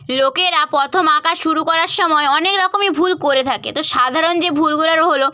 লোকেরা প্রথম আঁকা শুরু করার সময় অনেক রকমই ভুল করে থাকে তো সাধারণ যে ভুলগুলো হল